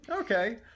Okay